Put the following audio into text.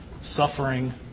Suffering